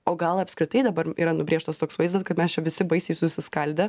o gal apskritai dabar yra nubrėžtas toks vaizdas kad mes čia visi baisiai susiskaldę